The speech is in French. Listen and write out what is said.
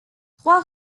trois